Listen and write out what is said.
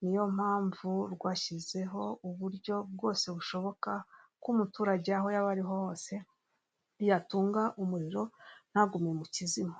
niyo mpamvu rwashyizeho uburyo bwose bushoboka ko umuturage aho yaba ari hohose yatunga umuriro ntagume mu kizima.